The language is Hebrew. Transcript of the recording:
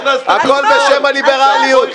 את לא בשם הליברליות.